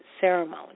ceremony